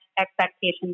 expectations